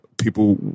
People